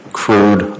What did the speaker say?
crude